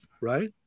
right